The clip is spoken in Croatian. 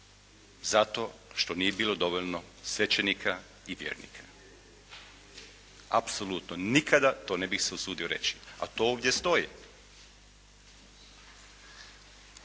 zato što nije bilo dovoljno svećenika i vjernika. Apsolutno nikada to ne bih se usudio reći. A to ovdje stoji.